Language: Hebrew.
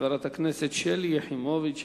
חברת הכנסת שלי יחימוביץ,